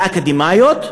לאקדמאיות,